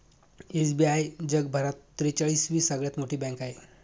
SBI जगभरात त्रेचाळीस वी सगळ्यात मोठी बँक आहे